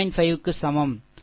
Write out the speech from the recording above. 5 க்கு சமம் சரி